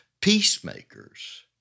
peacemakers